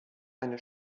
eine